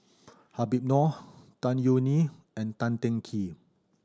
Habib Noh Tan Yeok Nee and Tan Teng Kee